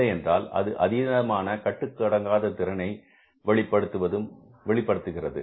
இல்லையென்றால் அது அதீதமான கட்டுக்கு அடங்காத திறனை வெளிப்படுத்துகிறது